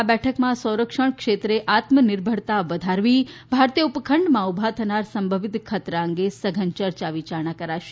આ બેઠકમાં સંરક્ષણ ક્ષેત્રે આત્મનિર્ભરતા વધારવી ભારતીય ઉપખંડમાં ઉભા થનાર સંભવિત ખતરા અંગે સઘન ચર્ચા વિચારણા કરાશે